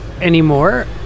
anymore